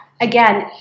Again